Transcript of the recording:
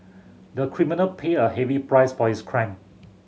the criminal paid a heavy price for his crime